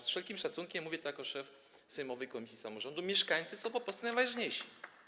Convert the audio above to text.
Z wszelkim szacunkiem, mówię to jako szef sejmowej komisji samorządu, mieszkańcy są po prostu najważniejsi.